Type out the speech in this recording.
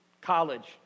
college